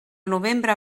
novembre